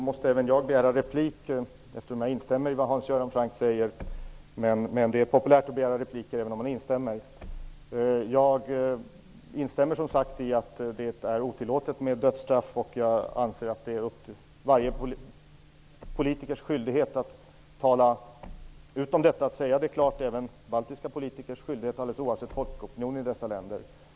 Herr talman! Eftersom jag instämmer i det som Hans Göran Franck säger måste även jag begära replik. Det är populärt att begära repliker även om man håller med. Jag instämmer som sagt i att det är otillåtet med dödsstraff. Jag anser att det är varje politikers, även baltiska politikers, skyldighet att tala ut om detta, oavsett hur folkopinionen ser ut.